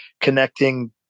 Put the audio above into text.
connecting